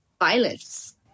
violence